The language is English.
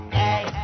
hey